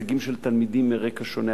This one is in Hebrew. הישגים של תלמידים מרקע שונה,